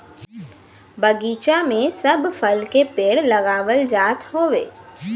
बगीचा में सब फल के पेड़ लगावल जात हउवे